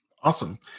Awesome